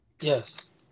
Yes